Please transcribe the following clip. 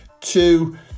two